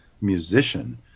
musician